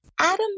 Adam